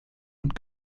und